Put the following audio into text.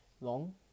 long